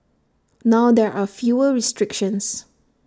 now there are fewer restrictions